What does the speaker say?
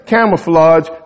Camouflage